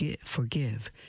forgive